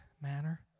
manner